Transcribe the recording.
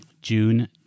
June